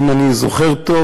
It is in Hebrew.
אם אני זוכר טוב,